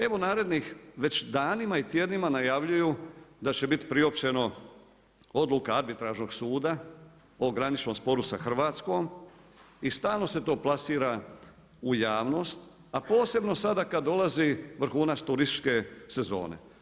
Evo narednih već danima i tjednima najavljuju da će biti priopćeno odluka Arbitražnog suda o graničnom sporu sa Hrvatskom i stalno se to plasira u javnost, a posebno sada kada dolazi vrhunac turističke sezone.